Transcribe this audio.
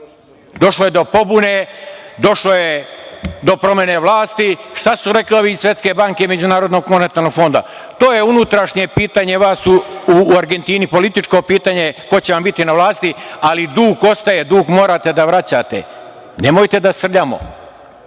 došlo je do pobune, došlo je do promene vlasti, šta su rekli ovi iz Svetske banke i MMF? To je unutrašnje pitanje vas u Argentini, političko pitanje ko će vam biti na vlasti, ali dug ostaje, dug morate da vraćate. Nemojte da srljamo,